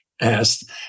asked